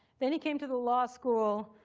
then he came to the law school,